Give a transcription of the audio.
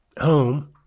home